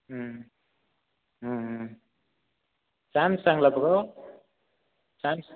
ம் ம் ம் சாம்சாங்கில் ப்ரோ சாம்